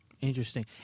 Interesting